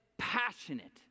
passionate